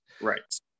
Right